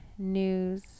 News